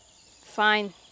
Fine